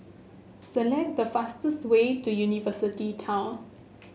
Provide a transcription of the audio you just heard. select the fastest way to University Town